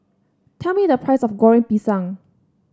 tell me the price of Goreng Pisang